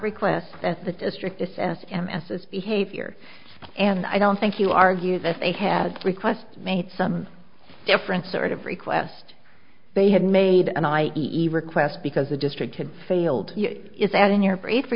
request that the district assess m s s behavior and i don't think you argue that they had requests made some different sort of request they had made an i e e e request because the district had failed is adding your grade for